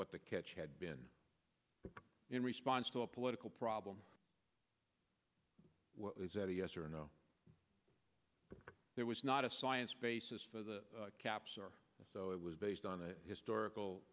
what the catch had been in response to a political problem is that a yes or no there was not a science basis for the caps or so it was based on the historical